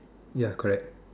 ya correct